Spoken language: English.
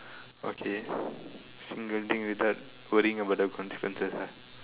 okay single thing without worrying about the consequences ah